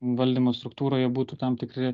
valdymo struktūroje būtų tam tikri